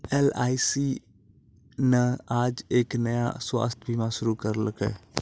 LIC न आज एक नया स्वास्थ्य बीमा शुरू करैलकै